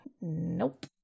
Nope